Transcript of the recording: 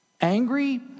angry